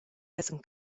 essan